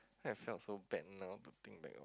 I felt so bad now to think back all